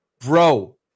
Bro